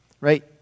right